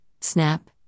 Snap